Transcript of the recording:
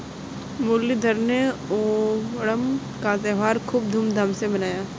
मुरलीधर ने ओणम का त्योहार खूब धूमधाम से मनाया